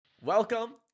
Welcome